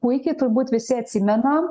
puikiai turbūt visi atsimenam